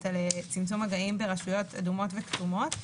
על צמצום מגעים ברשויות אדומות וכתומות.